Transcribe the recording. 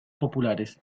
populares